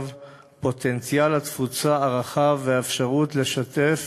פוטנציאל התפוצה הרחב והאפשרות לשתף